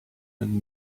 and